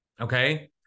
okay